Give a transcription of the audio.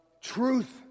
truth